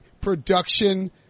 production